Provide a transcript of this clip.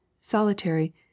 solitary